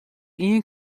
ien